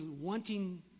wanting